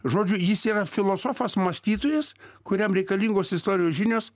žodžiu jis yra filosofas mąstytojas kuriam reikalingos istorijos žinios